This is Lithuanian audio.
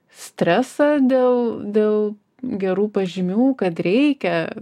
stresą dėl dėl gerų pažymių kad reikia